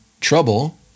trouble